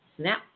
snap